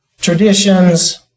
traditions